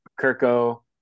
Kirko